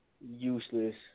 useless